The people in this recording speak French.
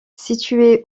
située